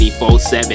24-7